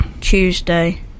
Tuesday